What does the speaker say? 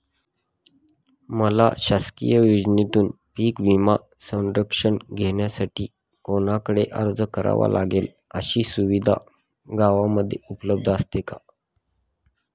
मला शासकीय योजनेतून पीक विमा संरक्षण घेण्यासाठी कुणाकडे अर्ज करावा लागेल? अशी सुविधा गावामध्ये उपलब्ध असते का?